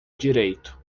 direito